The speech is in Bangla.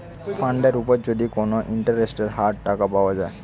ফান্ডের উপর যদি কোটা ইন্টারেস্টের হার টাকা পাওয়া যায়